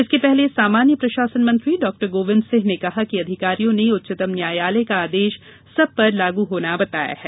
इसके पहले सामान्य प्रशासन मंत्री डॉ गोविंद सिंह ने कहा कि अधिकारियों ने उच्चतम न्यायालय का आदेश सब पर लागू होना बताया है